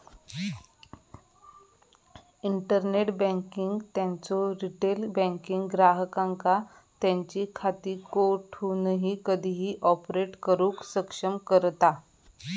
internet banking त्यांचो retail banking ग्राहकांका त्यांची खाती कोठूनही कधीही ऑपरेट करुक सक्षम करता